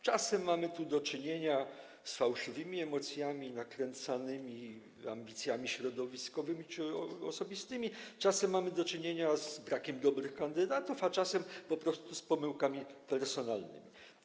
Czasem mamy tu do czynienia z fałszywymi emocjami, nakręcanymi ambicjami środowiskowymi czy osobistymi, czasem mamy do czynienia z brakiem dobrych kandydatów, a czasem po prostu z pomyłkami personalnymi.